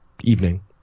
evening